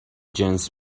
جنس